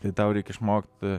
tai tau reik išmokt